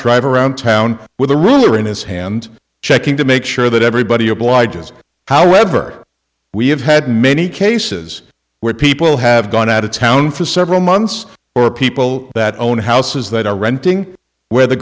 drive around town with a ruler in his hand checking to make sure that everybody obliges however we have had many cases where people have gone out of town for several months or people that own houses that are renting where the